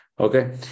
Okay